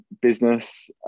Business